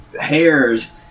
hairs